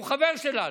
הוא חבר שלנו.